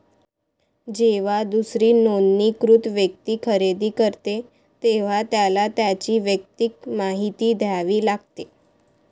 जेव्हा दुसरी नोंदणीकृत व्यक्ती खरेदी करते, तेव्हा त्याला त्याची वैयक्तिक माहिती द्यावी लागते